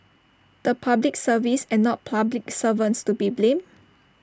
the Public Service and not public servants to be blamed